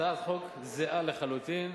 הצעת החוק זהה לחלוטין,